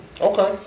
Okay